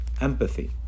empathy